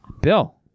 Bill